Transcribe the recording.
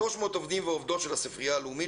כ-300 עובדים ועובדות של הספרייה הלאומית